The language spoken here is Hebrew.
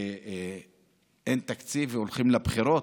שאין תקציב והולכים לבחירות,